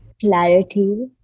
clarity